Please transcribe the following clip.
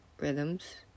rhythms